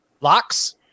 Locks